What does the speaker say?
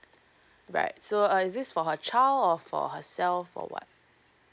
right so uh is this for her child or for herself or what